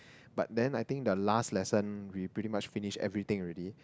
but then I think the last lesson we pretty much finished everything already